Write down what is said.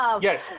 Yes